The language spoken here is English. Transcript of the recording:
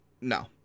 no